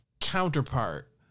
counterpart